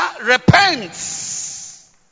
repents